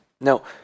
Now